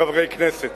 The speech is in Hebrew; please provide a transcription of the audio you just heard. חברי כנסת,